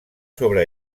sobre